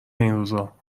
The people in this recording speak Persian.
اینروزا